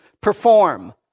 perform